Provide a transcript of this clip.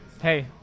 Hey